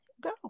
go